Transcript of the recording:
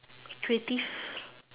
creatives